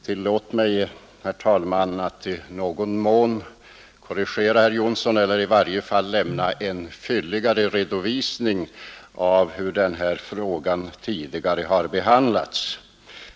Tillåt mig, herr talman, att i någon mån korrigera herr Jonsson eller i varje fall lämna en fylligare redovisning av hur frågan tidigare har behandlats.